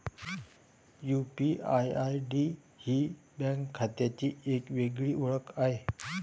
UPI ID ही bank खात्याची एक वेगळी ओळख आहे